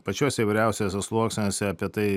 pačiuose įvairiausiuose sluoksniuose apie tai